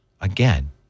Again